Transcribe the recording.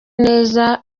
neza